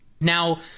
Now